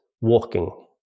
walking